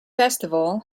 festival